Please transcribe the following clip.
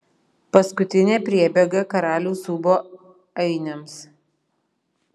paskutinė priebėga karaliaus ūbo ainiams